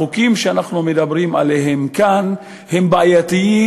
החוקים שאנחנו מדברים עליהם כאן הם בעייתיים,